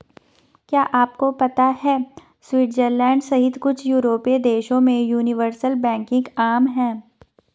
क्या आपको पता है स्विट्जरलैंड सहित कुछ यूरोपीय देशों में यूनिवर्सल बैंकिंग आम है?